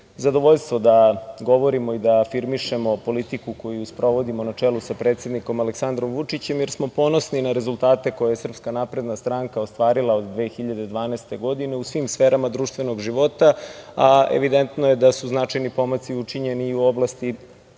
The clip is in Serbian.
zadovoljstvo da govorimo i da afirmišemo politiku koju sprovodimo na čelu sa predsednikom Aleksandrom Vučićem, jer smo ponosni na rezultate koje je SNS ostvarila od 2012. godine u svim sferama društvenog života, a evidentno je da su značajni pomaci učinjeni i u oblasti